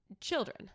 children